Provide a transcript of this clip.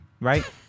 right